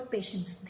Patients